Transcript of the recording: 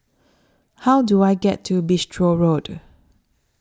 How Do I get to Bristol Road